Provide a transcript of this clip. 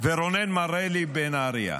ורונן מרלי בנהריה.